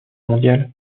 mondiale